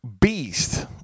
Beast